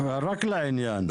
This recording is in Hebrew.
רק לעניין.